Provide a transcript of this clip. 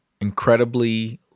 incredibly